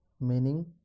Meaning